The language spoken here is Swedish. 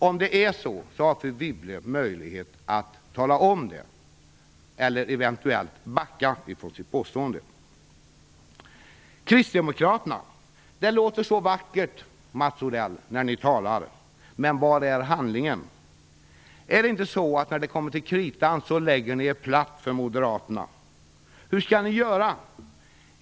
Om det är så har fru Wibble möjlighet att tala om det eller att eventuellt backa från sitt påstående. Det låter så vackert, Mats Odell, när kristdemokraterna talar. Men var är handlingen? Lägger ni er inte när det kommer till kritan platt för Moderaterna? Hur skall ni göra?